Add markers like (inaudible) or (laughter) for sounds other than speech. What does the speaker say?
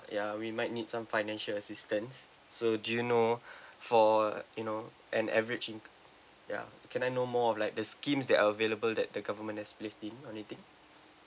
ya we might need some financial assistance so do you know (breath) for you know an average inc~ ya can I know more of like the schemes that are available that the government has lift in or anything